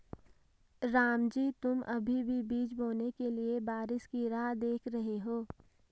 रामजी तुम अभी भी बीज बोने के लिए बारिश की राह देख रहे हो?